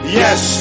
yes